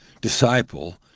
disciple